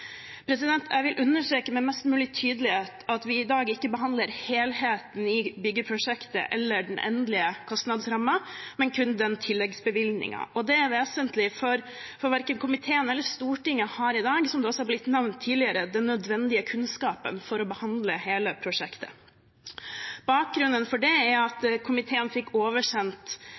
Jeg vil understreke med all mulig tydelighet at vi i dag ikke behandler helheten i byggeprosjektet eller den endelige kostnadsrammen, men kun tilleggsbevilgningen. Det er vesentlig, for verken komiteen eller Stortinget har i dag, som det også er blitt nevnt tidligere, den nødvendige kunnskapen for å behandle hele prosjektet. Bakgrunnen for det er at komiteen fikk oversendt